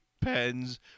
pens